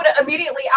immediately